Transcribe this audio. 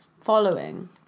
following